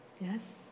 yes